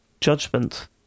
judgment